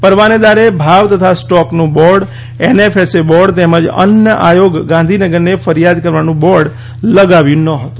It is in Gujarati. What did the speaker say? પરવાનેદારે ભાવ તથા સ્ટોકનું બોર્ડ એનએફએસએ બોર્ડ તેમજ અન્ન આયોગ ગાંધીનગરને ફરિયાદ કરવાનું બોર્ડ લગાવ્યું ન હતું